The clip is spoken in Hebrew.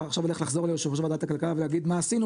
אתה עכשיו הולך לחזור ליושב-ראש ועדת הכלכלה ולהגיד: מה עשינו?